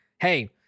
hey